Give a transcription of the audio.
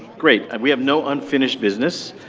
great, we have no unfinished business,